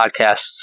podcasts